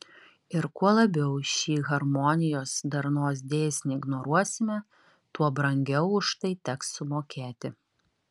ir kuo labiau šį harmonijos darnos dėsnį ignoruosime tuo brangiau už tai teks sumokėti